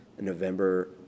November